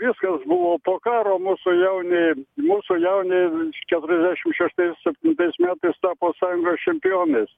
viskas buvo po karo mūsų jauni mūsų jauni virš keturiasdešimt šeštais septintais metais tapo sąjungos čempionais